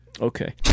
Okay